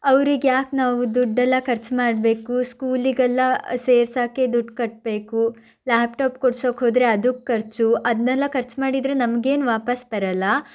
ಅವರಿಗೆ ಯಾಕೆ ನಾವು ದುಡ್ಡೆಲ್ಲ ಖರ್ಚು ಮಾಡಬೇಕು ಸ್ಕೂಲಿಗೆಲ್ಲ ಸೇರ್ಸೋಕ್ಕೆ ದುಡ್ಡು ಕಟ್ಟಬೇಕು ಲ್ಯಾಪ್ಟಾಪ್ ಕೊಡ್ಸಕ್ಕೆ ಹೋದರೆ ಅದಕ್ಕೆ ಖರ್ಚು ಅದನ್ನೆಲ್ಲ ಖರ್ಚು ಮಾಡಿದರೆ ನಮಗೇನೂ ವಾಪಸ್ಸು ಬರಲ್ಲ